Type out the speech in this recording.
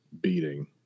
beating